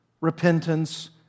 Repentance